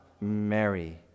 Mary